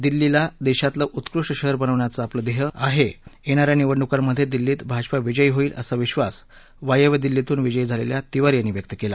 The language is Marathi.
दिल्लीला देशातलं उत्कृष्ट शहर बनवण्याचं आमचं ध्येय आहे येणाऱ्या निवडणुकांमधेही दिल्लीत भाजपा वियजी होईल असा विश्वास वायव्य दिल्लीतून विजयी झालेल्या तिवारी यांनी व्यक्त केला